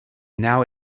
now